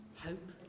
hope